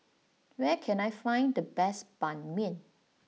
where can I find the best Ban Mian